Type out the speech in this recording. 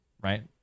Right